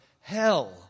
hell